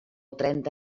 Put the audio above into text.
trenta